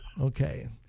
Okay